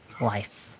life